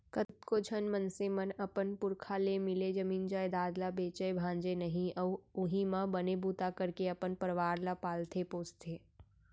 कतको झन मनसे मन अपन पुरखा ले मिले जमीन जयजाद ल बेचय भांजय नइ अउ उहीं म बने बूता करके अपन परवार ल पालथे पोसथे